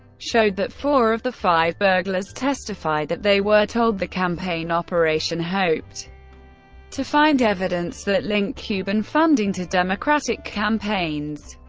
showed that four of the five burglars testified that they were told the campaign operation hoped to find evidence that linked cuban funding to democratic campaigns.